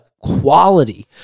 quality